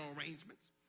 arrangements